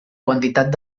quantitat